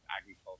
agriculture